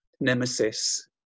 nemesis